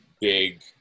big